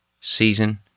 season